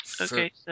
Okay